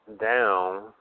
down